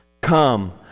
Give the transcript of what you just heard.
Come